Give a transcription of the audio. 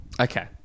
Okay